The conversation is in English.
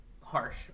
harsh